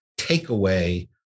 takeaway